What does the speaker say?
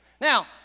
Now